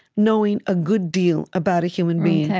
knowing a good deal about a human being.